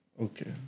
Okay